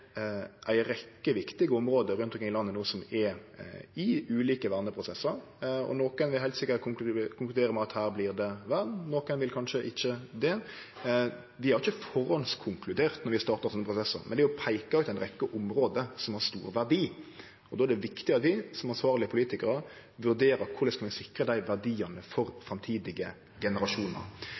ei rekkje viktige område rundt omkring i landet no som er i ulike verneprosessar, og i nokre vil ein heilt sikkert konkludere med at her vert det vern, og i nokre vil ein kanskje ikkje det. Vi har ikkje førehandskonkludert når vi startar slike prosessar, men peikt ut ei rekkje område som har stor verdi, og då er det viktig at vi som ansvarlege politikarar vurderer korleis vi kan sikre dei verdiane for framtidige generasjonar.